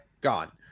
gone